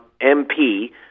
MP